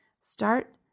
Start